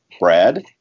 Brad